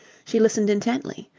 she listened intently.